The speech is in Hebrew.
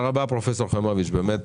מאוקראינה ועזבו,